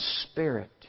spirit